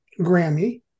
Grammy